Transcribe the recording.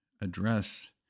address